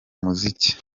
muziki